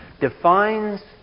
defines